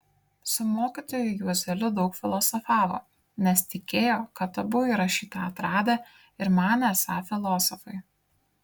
su mokytoju juozeliu daug filosofavo nes tikėjo kad abu yra šį tą atradę ir manė esą filosofai